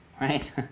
right